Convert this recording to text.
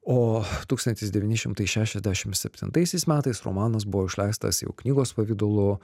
o tūkstantis devyni šimtai šešiasdešim septintaisiais metais romanas buvo išleistas jau knygos pavidalu